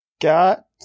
Got